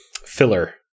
filler